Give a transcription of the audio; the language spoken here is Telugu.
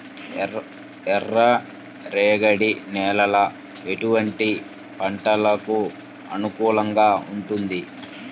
ఎర్ర రేగడి నేల ఎటువంటి పంటలకు అనుకూలంగా ఉంటుంది?